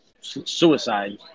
suicide